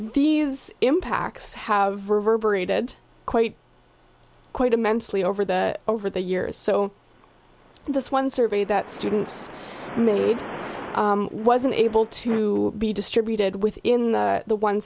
these impacts have reverberated quite quite immensely over the over the years so this one survey that students made wasn't able to be distributed within the